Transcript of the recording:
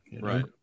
Right